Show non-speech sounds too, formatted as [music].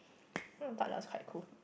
[breath] hmm thought that was quite cool